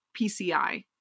PCI